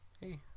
hey